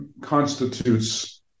constitutes